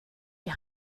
die